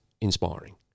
inspiring